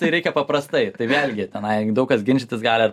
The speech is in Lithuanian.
tai reikia paprastai tai vėlgi tenai daug kas ginčytis gali ar